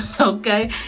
okay